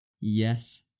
Yes